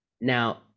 Now